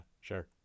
Sure